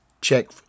check